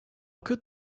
could